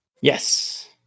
Yes